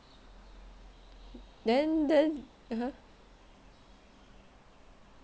then then (uh huh)